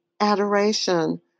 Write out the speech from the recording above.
adoration